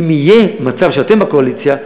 ואם יהיה מצב שאתם בקואליציה,